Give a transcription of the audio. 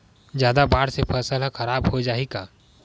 जादा बाढ़ से फसल ह खराब हो जाहि का?